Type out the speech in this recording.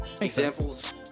Examples